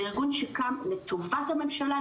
זה ארגון שקם לטובת הממשלה,